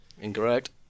Incorrect